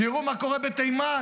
שיראו מה קורה בתימן.